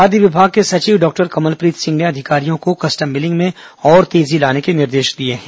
खाद्य विभाग के सचिव डॉक्टर कमलप्रीत सिंह ने अधिकारियों को कस्टम मिलिंग में और तेजी लाने के निर्देश दिए हैं